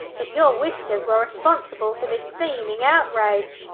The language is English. that your whiskers were responsible for this seeming outrage.